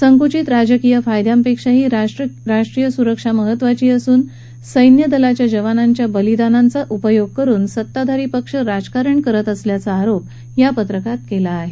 संकुचित राजकीय फायद्यांपेक्षाही राष्ट्रीय सुरक्षा महत्वाची असून सैन्यदलाच्या जवानांच्या बलिदानांचा उपयोग करुन सत्ताधारी पक्ष राजकारण करत असल्याचा आरोप या पत्रकात केला आहे